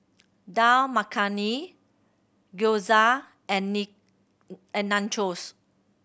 Dal Makhani Gyoza and and Nachos